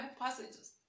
passages